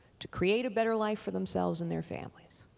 to create a better life for themselves and their families.